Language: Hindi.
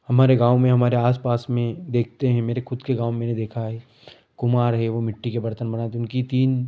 हमारे गाँव में हमारे आसपास में देखते हैं मेरे खुद के गाँव में मैंने देखा है कुम्हार है वो मिट्टी के बर्तन बनाते हैं उनकी तीन